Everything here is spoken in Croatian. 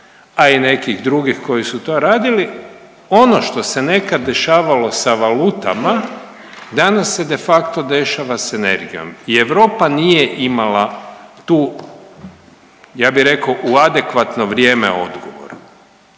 a i nekih drugih koji su to radili. Ono što se nekad dešavalo sa valutama danas se de facto dešava sa energijom i Europa nije imala tu ja bi rekao u adekvatno vrijeme odgovor.